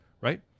right